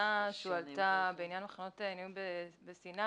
לטענה שעלתה בעניין מחנות העינויים בסיני.